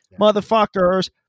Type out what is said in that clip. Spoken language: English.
Motherfuckers